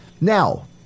Now